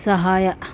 ಸಹಾಯ